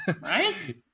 right